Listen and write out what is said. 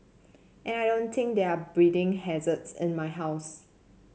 and I don't think there are breeding hazards in my house